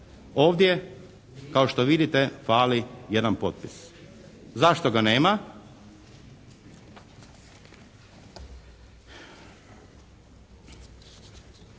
Ovdje kao što vidite fali jedan potpis. Zašto ga nema?